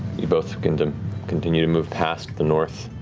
you both and continue to move past the north.